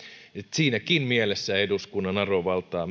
siinäkin mielessä eduskunnan arvovaltaa